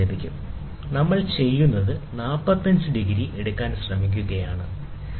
ഇവിടെ നമ്മൾ ചെയ്യുന്നത് 45 ഡിഗ്രി എടുക്കാൻ ശ്രമിക്കുകയാണ് ശരിയാണ്